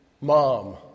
mom